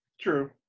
True